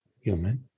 human